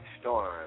Storm